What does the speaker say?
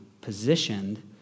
positioned